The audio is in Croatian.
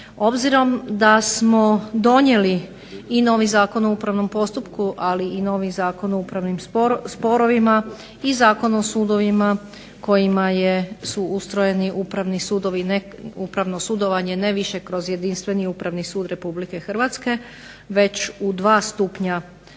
Obzirom da smo donijeli i novi Zakon o upravnom postupku ali i novi Zakon o upravnim sporovima i Zakon o sudovima kojima su ustrojeni upravni sudovi ne upravno sudovanje ne više kroz jedinstveni Upravni sud RH već u dva stupnja